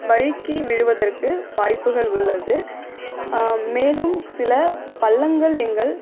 வழுக்கி விழுவதற்கு வாய்ப்புகள் உள்ளது மேலும் சில பள்ளங்கள் எங்கள்